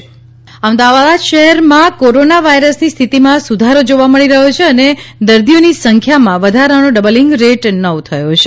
અમદાવાદ અમદાવાદ શહેરમાં કોરોના વાયરસની સ્થિતિમાં સુધારો જોવા મળી રહ્યો છે અને દર્દીઓની સંખ્યામાં વધારાનો ડબલિંગ રેટ નવ થયો છે